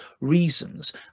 reasons